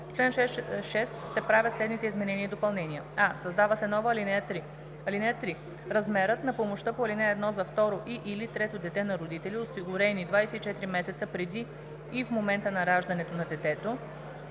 чл. 6 се правят следните изменения и допълнения: а) създава се нова ал. 3: „(3) Размерът на помощта по ал. 1 за второ и/или трето дете на родители, осигурени 24 месеца преди и в момента на раждането на детето,